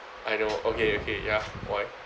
I know okay okay ya why